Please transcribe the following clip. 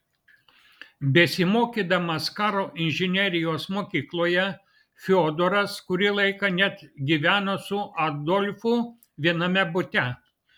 besimokydamas karo inžinerijos mokykloje fiodoras kurį laiką net gyveno su adolfu viename bute